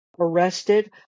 arrested